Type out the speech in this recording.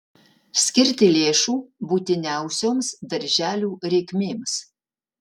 skirti lėšų būtiniausioms darželių reikmėms